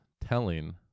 telling